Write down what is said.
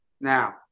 Now